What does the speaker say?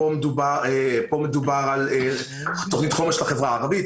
כאן מדובר על תכנית חומש לחברה הערבית,